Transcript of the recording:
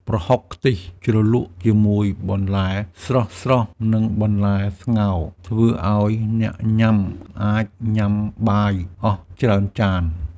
ប្រហុកខ្ទិះជ្រលក់ជាមួយបន្លែស្រស់ៗ និងបន្លែស្ងោរ ធ្វើឱ្យអ្នកញ៉ាំ អាចញ៉ាំបាយអស់ច្រើនចាន។